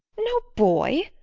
no boy!